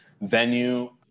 venue